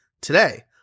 Today